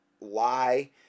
lie